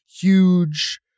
huge